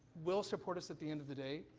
will support us at the end of the day.